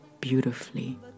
beautifully